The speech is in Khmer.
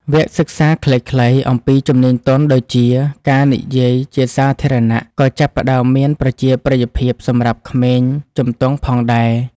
វគ្គសិក្សាខ្លីៗអំពីជំនាញទន់ដូចជាការនិយាយជាសាធារណៈក៏ចាប់ផ្តើមមានប្រជាប្រិយភាពសម្រាប់ក្មេងជំទង់ផងដែរ។